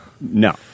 No